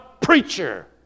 preacher